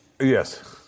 Yes